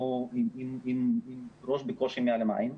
אנחנו בקושי עם הראש מעל המים.